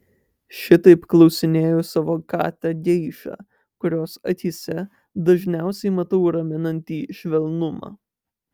šitaip klausinėju savo katę geišą kurios akyse dažniausiai matau raminantį švelnumą